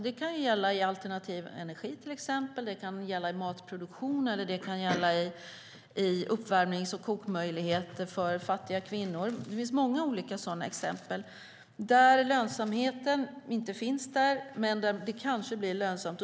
Det kan gälla i alternativ energi, till exempel, det kan gälla i matproduktion eller det kan gälla i uppvärmnings och kokmöjligheter för fattiga kvinnor. Det finns många olika sådana exempel där lönsamheten inte finns men där det kanske blir lönsamt.